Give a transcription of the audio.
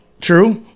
True